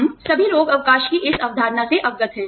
हम सभी रोग अवकाश की इस अवधारणा से अवगत हैं